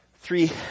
Three